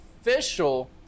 official